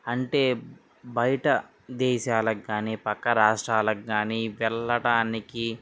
అంటే బయట దేశాలకు కానీ పక్క రాష్ట్రాలకు కానీ వెళ్ళటానికి